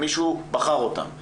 מישהו בחר אותם,